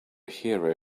hero